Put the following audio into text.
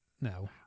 No